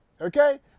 okay